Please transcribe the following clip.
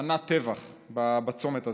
מנע טבח בצומת הזה.